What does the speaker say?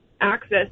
access